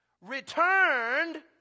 returned